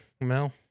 mel